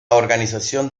organización